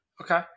Okay